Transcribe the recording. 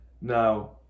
Now